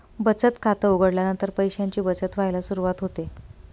बचत खात उघडल्यानंतर पैशांची बचत व्हायला सुरवात होते